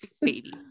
Baby